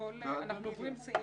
--- אנחנו עוברים סעיף,